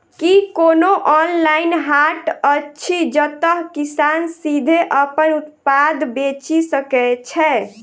की कोनो ऑनलाइन हाट अछि जतह किसान सीधे अप्पन उत्पाद बेचि सके छै?